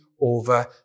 over